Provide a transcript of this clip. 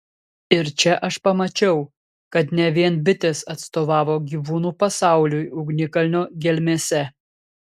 ir čia aš pamačiau kad ne vien bitės atstovavo gyvūnų pasauliui ugnikalnio gelmėse